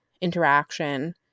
interaction